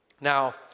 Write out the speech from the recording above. Now